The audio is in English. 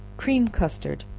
cream custard.